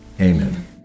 Amen